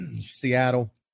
Seattle